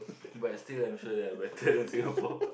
but still I'm sure they're better than Singapore